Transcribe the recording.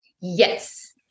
Yes